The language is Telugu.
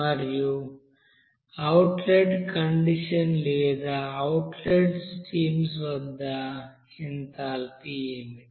మరియు అవుట్లెట్ కండిషన్ లేదా అవుట్లెట్ స్ట్రీమ్స్ వద్ద ఎంథాల్పీ ఏమిటి